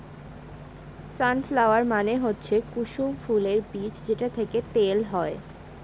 সান flower মানে হচ্ছে কুসুম ফুলের বীজ যেটা থেকে তেল হয়